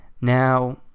now